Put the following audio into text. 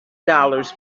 dollars